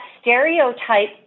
stereotype